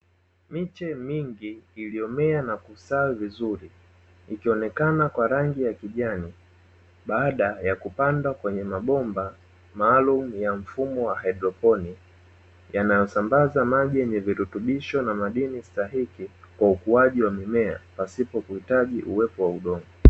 Miche mingi iliyomea na kustawi vizuri, ikionekana kwa rangi ya kijani, baada ya kupandwa kwenye mabomba maalumu ya mfumo wa haidroponi, yanayosambaza maji yenye virutubisho na madini stahiki, kwa ukuaji wa mimea pasipo kuhitaji uwepo wa udongo.